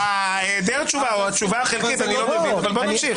היעדר התשובה או התשובה החלקית, אני לא מבין אותה.